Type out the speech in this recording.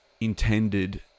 intended